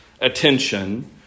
attention